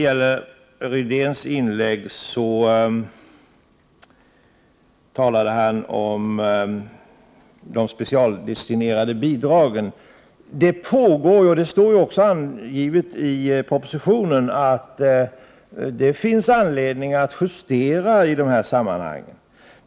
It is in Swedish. Rune Rydén talade om de specialdestinerade bidragen. Som det står i propositionen finns det anledning att göra justeringar i dessa sammanhang, och det pågår också ett sådant arbete.